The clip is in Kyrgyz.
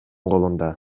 колунда